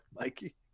mikey